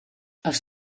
aus